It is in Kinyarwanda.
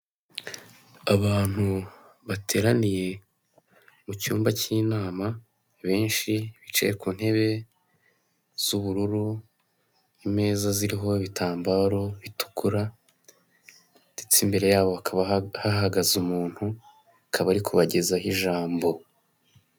Abantu bateraniye mu cyumba k'inama benshi bicaye ku ntebe z'ubururu imeza ziriho ibitambaro bitukura ndetse imbere yabo hakaba hahagaze umuntu akaba ari kubagezaho ijambo.